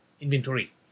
inventory